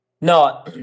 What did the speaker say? No